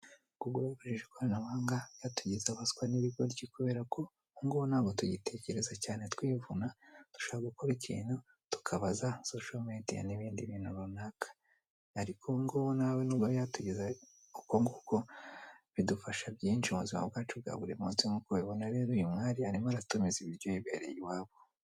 Kugura ukoresheje ikoranabuhanga byatugize abazwa n'ibigoryi kubera ko ubungubu nago tugitekereza cyane twivuna dushaka gukora ikintu tukabaza social media n'ibindi bintu runaka ariko ngo nawe nubwo byatugize nkuko nguko bidufasha byinshi mubuzima bwacu bwa buri munsi nkuko ubabibona rero umwari arimo aratumiza ibiryo yibereye iwabo.